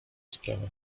sprawa